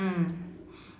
mm